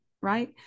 right